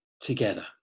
together